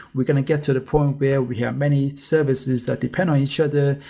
we're going to get to the point where we have many services that depend on each other.